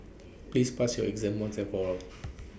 please pass your exam once and for all